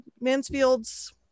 Mansfield's